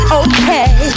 okay